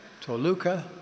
Toluca